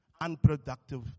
unproductive